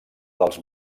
dels